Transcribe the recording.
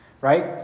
Right